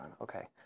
Okay